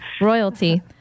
royalty